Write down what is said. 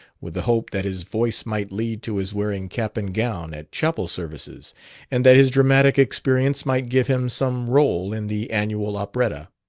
with the hope that his voice might lead to his wearing cap and gown at chapel services and that his dramatic experience might give him some role in the annual operetta.